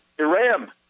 Iran